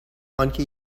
آنکه